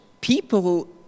people